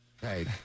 hey